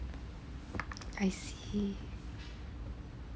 I see